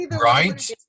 Right